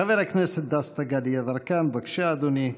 חבר הכנסת דסטה גדי יברקן, בבקשה, אדוני.